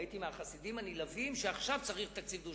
הייתי מהחסידים הנלהבים של כך שעכשיו צריך תקציב דו-שנתי.